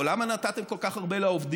או למה נתתם כל כך הרבה לעובדים,